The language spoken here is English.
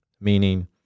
meaning